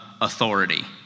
authority